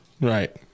Right